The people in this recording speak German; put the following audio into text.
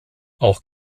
auch